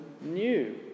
new